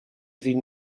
sie